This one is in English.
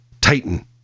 Titan